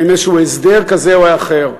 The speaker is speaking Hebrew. או עם איזשהו הסדר כזה או אחר,